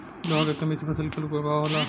लोहा के कमी से फसल पर का प्रभाव होला?